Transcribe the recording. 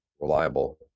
reliable